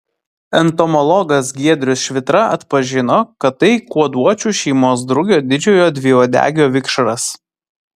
entomologas giedrius švitra atpažino kad tai kuoduočių šeimos drugio didžiojo dviuodegio vikšras